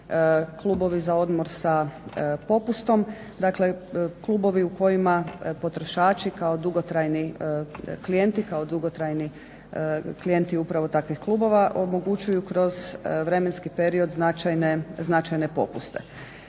klubovi za odmor s popustom, dakle klubovi u kojima potrošači kao dugotrajni klijenti, kao dugotrajni klijenti upravo takvih klubova omogućuju kroz vremenski period značajne popuste.